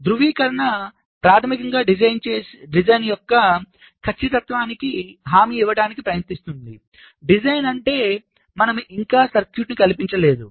ధృవీకరణ ప్రాథమికంగా డిజైన్ యొక్క ఖచ్చితత్వానికి హామీ ఇవ్వడానికి ప్రయత్నిస్తుంది డిజైన్ అంటే మనం ఇంకా సర్క్యూట్ను కల్పించలేదు